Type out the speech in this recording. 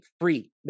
free